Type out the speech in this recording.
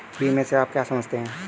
बीमा से आप क्या समझते हैं?